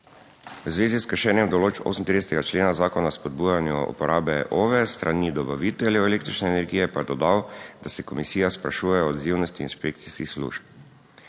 V zvezi s kršenjem določb 38. člena zakona o spodbujanju uporabe OVE s strani dobaviteljev električne energije pa je dodal, da se komisija sprašuje o odzivnosti inšpekcijskih služb.